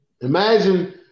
Imagine